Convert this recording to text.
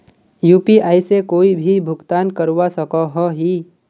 UPI से कोई भी भुगतान करवा सकोहो ही?